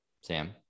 Sam